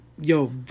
yo